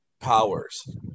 powers